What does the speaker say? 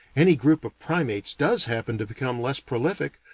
any group of primates does happen to become less prolific,